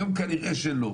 היום כנראה שאין,